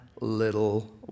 little